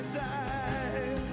die